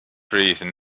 reason